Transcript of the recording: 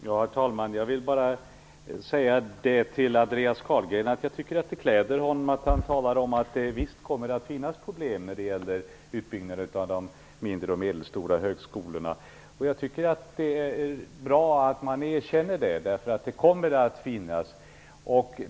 Herr talman! Det klär Andreas Carlgren att han talar om att det visst kommer att finnas problem när det gäller utbyggnaden av de mindre och medelstora högskolorna. Det är bra att man erkänner det, eftersom sådana problem kommer att finnas.